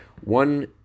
One